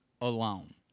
alone